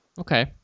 Okay